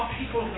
people